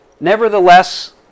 Nevertheless